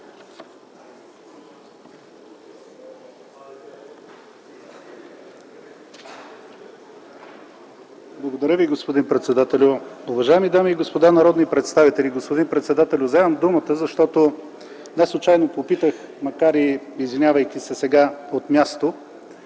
Благодаря Ви, господин председателю. Уважаеми дами и господа народни представители, господин председателю! Вземам думата, защото неслучайно попитах от място, макар и извинявайки се сега, по